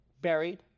buried